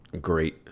great